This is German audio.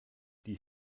die